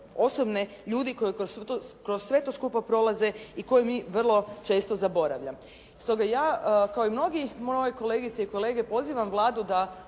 osobne, ljudi koji kroz sve to skupa prolaze i koje mi vrlo često zaboravljam. Stoga ja kao i mnogi moje kolegice i kolege pozivam Vladu da